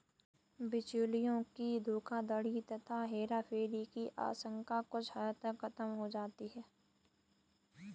बिचौलियों की धोखाधड़ी तथा हेराफेरी की आशंका कुछ हद तक खत्म हो जाती है